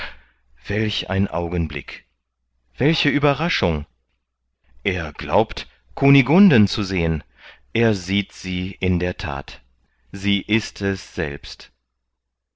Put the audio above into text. welch ein augenblick welche ueberraschung er glaubt kunigunden zu sehen er sieht sie in der that sie ist es selbst